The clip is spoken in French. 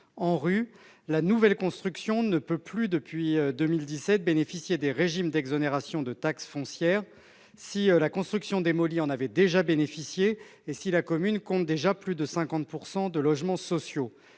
(ANRU), la nouvelle construction ne peut plus, depuis 2017, bénéficier des régimes d'exonération de taxe foncière prévus pour ces opérations si la construction démolie en avait déjà bénéficié et si la commune compte plus de 50 % de logements sociaux.